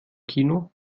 kino